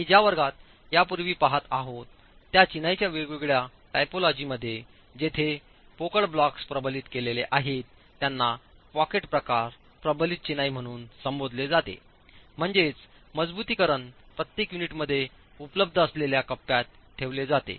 आम्ही ज्या वर्गात यापूर्वी पहात आहोत त्या चिनाईच्या वेगवेगळ्या टायपॉलॉजीमध्ये जेथे पोकळ ब्लॉक्स प्रबलित केलेले आहेत त्यांना पॉकेट प्रकार प्रबलित चिनाई म्हणून संबोधले जातेम्हणजेच मजबुतीकरण प्रत्येक युनिटमध्ये उपलब्ध असलेल्या कप्प्यात ठेवले जाते